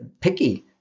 picky